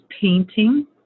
painting